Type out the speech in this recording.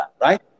right